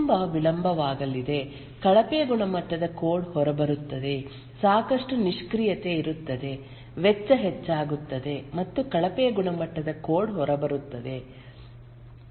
ತುಂಬಾ ವಿಳಂಬವಾಗಲಿದೆ ಕಳಪೆ ಗುಣಮಟ್ಟದ ಕೋಡ್ ಹೊರಬರುತ್ತದೆ ಸಾಕಷ್ಟು ನಿಷ್ಕ್ರಿಯತೆ ಇರುತ್ತದೆ ವೆಚ್ಚ ಹೆಚ್ಚಾಗುತ್ತದೆ ಮತ್ತು ಕಳಪೆ ಗುಣಮಟ್ಟದ ಕೋಡ್ ಹೊರಬರುತ್ತದೆ